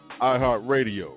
iHeartRadio